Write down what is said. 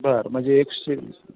बरं म्हणजे एकशे वीस